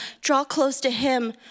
draw-close-to-him